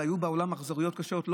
היו בעולם אכזריויות קשות,